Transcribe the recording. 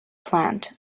plant